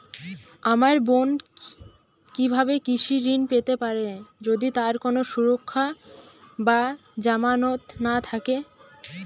আমার বোন কীভাবে কৃষি ঋণ পেতে পারে যদি তার কোনো সুরক্ষা বা জামানত না থাকে?